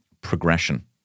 progression